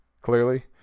clearly